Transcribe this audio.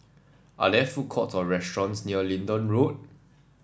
are there food courts or restaurants near Leedon Road